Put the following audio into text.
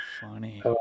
funny